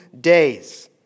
days